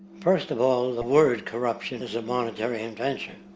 first of all, the word corruption is a monetary invention,